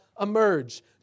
emerge